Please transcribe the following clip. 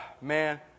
man